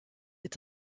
est